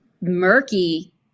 murky